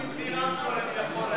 לא על תעסוקה,